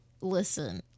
Listen